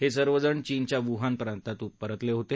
हे सर्व जण चीनच्या वुहान प्रातांतून परतले होते